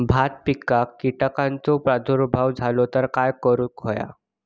भात पिकांक कीटकांचो प्रादुर्भाव झालो तर काय करूक होया?